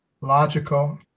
logical